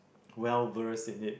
well versed in it